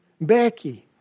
Becky